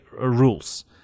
rules